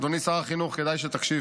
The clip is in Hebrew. אדוני שר החינוך, כדאי שתקשיב: